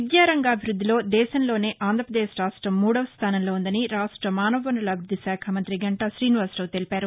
విద్యారంగాభివృద్దిలో దేశంలోనే అంధ్రప్రదేశ్ రాష్టం మూడవ స్థానంలో ఉందని రాష్ట మానవ వనరుల అభివృద్ది శాఖ మంత్రి గంటా శ్రీనివాసరావు తెలిపారు